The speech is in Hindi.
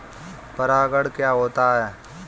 परागण क्या होता है?